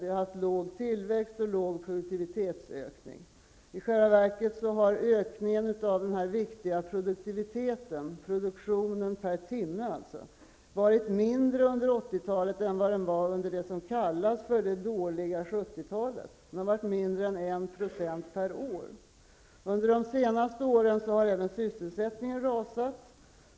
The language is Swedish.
Vi har haft låg tillväxt och låg produktivitetsökning. I själva verket har ökningen av den viktiga produktiviteten, produktionen per timme alltså, varit mindre under 80-talet än vad den var under det som kallas för det dåliga 70-talet. Den har varit mindre än 1 % per år. Under de senaste åren har även sysselsättningen rasat.